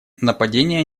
нападения